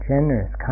Generous